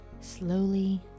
slowly